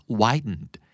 widened